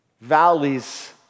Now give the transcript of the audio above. valleys